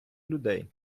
людей